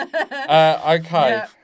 Okay